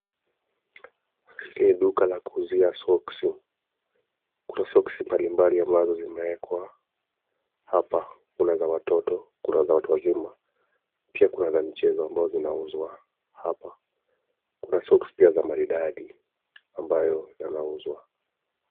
Hili ni duka la kuuzia soksi. Kuna soksi mbalimbali ambazo zimewekwa hapa. Kuna za watoto, kuna za watu wazima. Pia kuna za michezo ambazo zinauzwa hapa. Kuna soksi pia za maridadi ambayo yanauzwa.